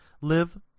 Live